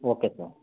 okay sir